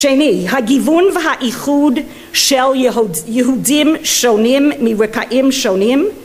שני, הגיוון והאיחוד של יהודים שונים מרקעים שונים